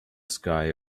sky